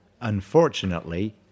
Unfortunately